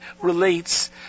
relates